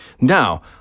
Now